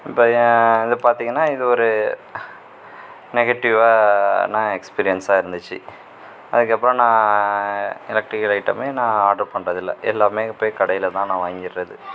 இப்போ ஏன் இது பார்த்தீங்கன்னா இது ஒரு நெகட்டிவான எக்ஸ்பீரியன்ஸாக இருந்துச்சு அதுக்கப்புறம் நான் எலக்ட்ரிக்கல் ஐட்டமே நான் ஆர்டர் பண்றதில்லை எல்லாமே போய் கடையில் தான் நான் வாங்கிடுறது